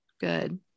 Good